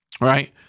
Right